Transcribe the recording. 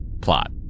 plot